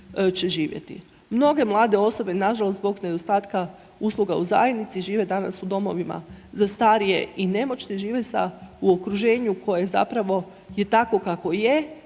Mnoge mlade osobe nažalost zbog nedostatka usluga u zajednici žive danas u domovima za starije i nemoćne, žive sa, u okruženju koje zapravo je takvo kakvo je,